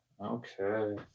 Okay